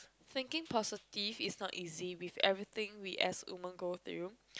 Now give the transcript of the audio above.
thinking positive is not easy with everything we as women go through